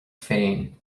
féin